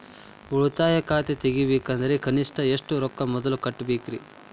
ಉಳಿತಾಯ ಖಾತೆ ತೆಗಿಬೇಕಂದ್ರ ಕನಿಷ್ಟ ಎಷ್ಟು ರೊಕ್ಕ ಮೊದಲ ಕಟ್ಟಬೇಕ್ರಿ?